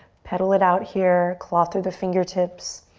pedal it out here. claw through the fingertips.